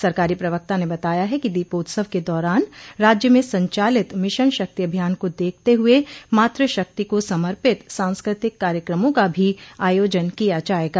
सरकारी प्रवक्ता ने बताया है कि दीपोत्सव के दौरान राज्य में संचालित मिशन शक्ति अभियान को देखते हुए मातृ शक्ति को समर्पित सांस्कृतिक कार्यक्रमों का भी आयोजन किया जायेगा